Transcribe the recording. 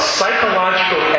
psychological